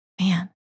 Man